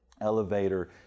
elevator